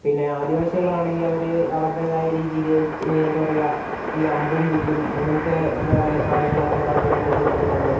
പിന്നെ ആദിവാസികൾ ആണെങ്കിൽ അവര് അവരുടേതായ രീതിയിൽ എന്താ പറയുക ഈ അമ്പും വില്ലും അങ്ങനെത്തെ എന്താ പറയുക സാധനങ്ങളൊക്കെ ഉണ്ടാക്കുന്നതൊക്കെ ശ്രദ്ധിച്ചിട്ടുണ്ട്